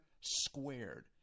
squared